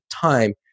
time